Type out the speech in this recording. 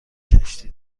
کشتی